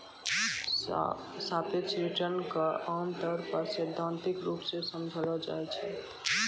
सापेक्ष रिटर्न क आमतौर पर सैद्धांतिक रूप सें समझलो जाय छै